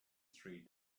three